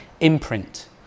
imprint